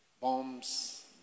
bombs